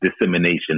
dissemination